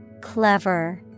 Clever